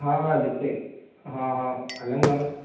हा हा जिते हा हा हलूं था न